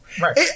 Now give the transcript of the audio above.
Right